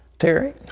terry.